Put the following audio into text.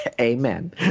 Amen